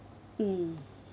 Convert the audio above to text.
mm